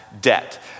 debt